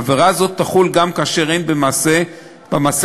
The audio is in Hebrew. עבירה זו תחול גם כאשר אין במעשה כדי